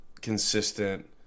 consistent